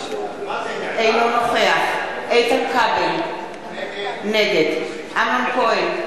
אינו נוכח איתן כבל, נגד אמנון כהן,